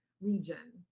region